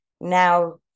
now